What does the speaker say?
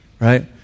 Right